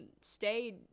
Stay